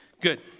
Good